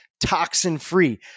Toxin-free